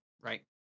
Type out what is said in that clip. right